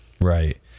Right